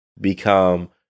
become